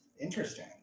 Interesting